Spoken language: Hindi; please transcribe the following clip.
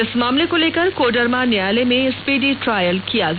इस मामले को लेकर कोडरमा न्यायालय में स्पीडी ट्रायल किया गया